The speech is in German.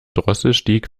drosselstieg